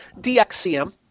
DXCM